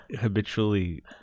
habitually